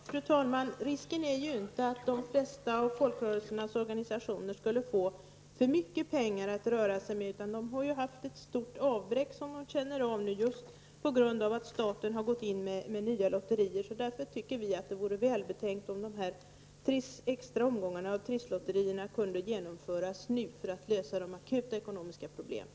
Fru talman! Risken är ju inte att de flesta av folkrörelsernas organisationer skulle få för mycket pengar att röra sig med, utan de har ju haft ett stort avbräck som de känner av nu på grund av att staten har gått in med nya lotterier. Därför tycker vi att dessa omgångar av extra Trisslotterier kunde genomföras nu för att lösa de akuta ekonomiska problemen.